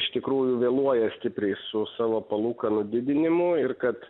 iš tikrųjų vėluoja stipriai su savo palūkanų didinimu ir kad